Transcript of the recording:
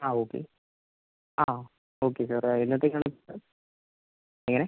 ആ ഓക്കെ ആ okay sir ആ എന്നത്തേക്ക് ആണ് സാർ എങ്ങനെ